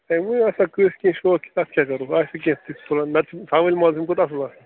ہے ؤنۍ آسان کانٛسہِ کینٛہہ شوق اَتھ کیٛاہ کَرَو نَتہٕ چھِ ژھاوٕلۍ ماز أمۍ کھۄتہٕ اَصٕل آسان